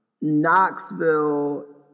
Knoxville